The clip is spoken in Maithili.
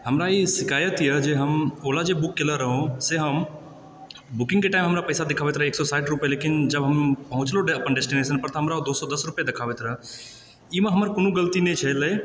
हमरा ई शिकायत यऽ जे हम ओला जे बुक केने रहौ से हम बुकिङ्ग कऽ टाइम हमरा पैसा दखबैत रहै एक सए साठि लेकिन जखन हम पहुँचलहुँ डे अपन डेस्टिनेशन पर तऽ हमरा ओ दू सए दश रुपआ देखाबैत रहए ई मऽ हमर कोनो गलती नहि छलै हंँ